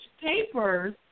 papers